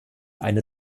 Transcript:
eine